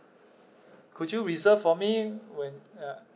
could you reserve for me when uh